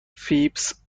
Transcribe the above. فیبز